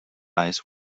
eyes